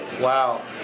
Wow